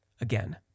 again